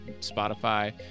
Spotify